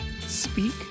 speak